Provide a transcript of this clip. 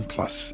Plus